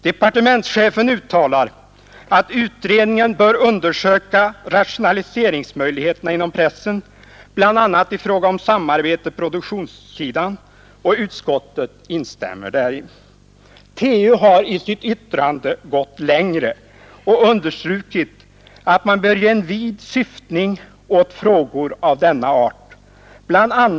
Departementschefen uttalar att utredningen bör undersöka rationaliseringsmöjligheterna inom pressen, bl.a. i fråga om samarbete på produktionssidan, och utskottet instämmer däri. TU har i sitt yttrande gått längre och understrukit att man bör ge en vid syftning åt frågor av denna art. Bl.